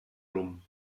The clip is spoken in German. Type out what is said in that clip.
rum